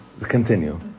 Continue